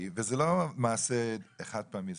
וזה לא מעשה חד פעמי,